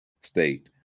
state